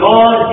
God